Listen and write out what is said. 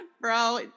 bro